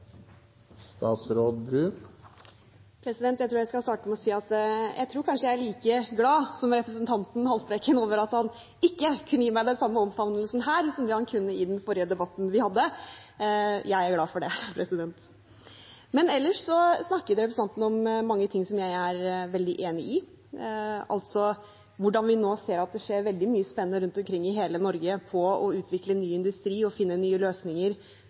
like glad som representanten Haltbrekken over at han ikke kunne gi meg den samme omfavnelsen her som det han kunne i den forrige debatten vi hadde. Jeg er glad for det. Men ellers snakket representanten om mange ting som jeg er veldig enig i, hvordan vi nå ser at det skjer veldig mye spennende rundt omkring i hele Norge for å utvikle ny industri og finne nye løsninger